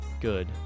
good